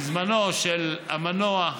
בזמנו של המנוח,